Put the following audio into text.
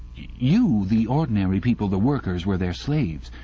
you the ordinary people, the workers were their slaves.